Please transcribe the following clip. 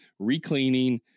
recleaning